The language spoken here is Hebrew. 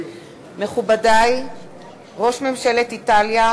מכובדי ראש ממשלת איטליה,